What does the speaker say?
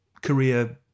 career